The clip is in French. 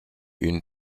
une